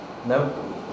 No